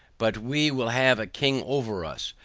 but we will have a king over us,